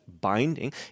binding